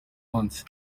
munsi